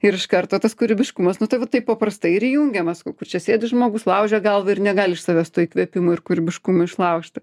ir iš karto tas kūrybiškumas nu tai va taip paprastai ir įjungiamas o kur čia sėdi žmogus laužia galvą ir negali iš savęs to įkvėpimo ir kūrybiškumo išlaužti